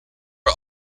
are